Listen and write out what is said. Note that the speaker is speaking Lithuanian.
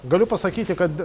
galiu pasakyti kad